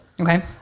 Okay